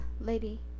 lady